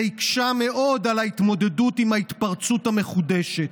זה הקשה מאוד על ההתמודדות עם ההתפרצות המחודשת,